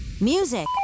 Music